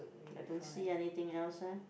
I don't see anything else leh